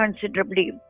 considerably